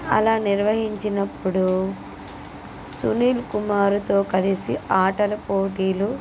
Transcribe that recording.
అలా నిర్వహించినప్పుడు సునిల్ కుమార్తో కలిసి ఆటలపోటీలు